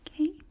Okay